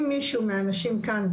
אם מישהו מהאנשים כאן,